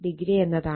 8o എന്നതാണ്